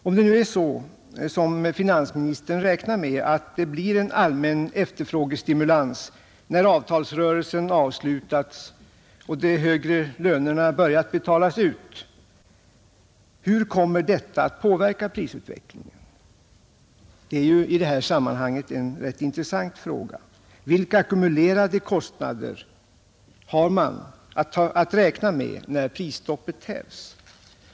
Om det nu är så som finansministern räknar med, att det blir en allmän efterfrågestimulans när avtalsrörelsen avslutats och de högre lönerna börjat betalas ut, hur kommer detta att påverka prisutvecklingen? Det är i detta sammanhang en rätt intressant fråga. Vilka ackumulerade kostnader har man att räkna med när prisstoppet hävs?